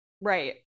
Right